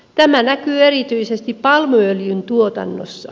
tämä näkyy erityisesti palmuöljyn tuotannossa